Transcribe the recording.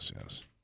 Yes